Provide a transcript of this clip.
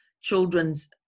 children's